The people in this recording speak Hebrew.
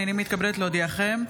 הינני מתכבדת להודיעכם,